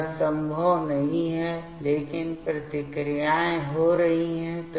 तो यह संभव नहीं है लेकिन प्रतिक्रियाएं हो रही हैं